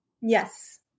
Yes